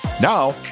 Now